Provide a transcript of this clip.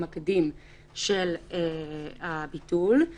הליך טיפשי שבחמשת הימים האחרונים --- 14 יום זה